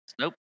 Nope